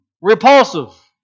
Repulsive